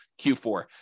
Q4